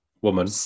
woman